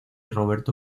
roberto